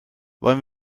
wollen